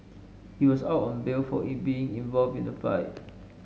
he was out on bail for being involved in the fight